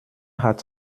hat